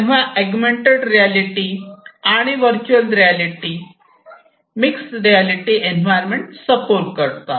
तेव्हा augmented reality आणि virtual reality mix reality environment support करतात